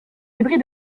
débris